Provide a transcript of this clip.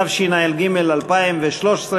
התשע"ג 2013,